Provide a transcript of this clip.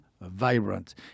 vibrant